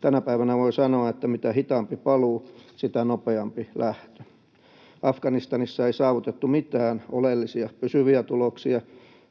Tänä päivänä voi sanoa, että mitä hitaampi paluu, sitä nopeampi lähtö. Afganistanissa ei saavutettu mitään oleellisia pysyviä tuloksia.